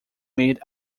made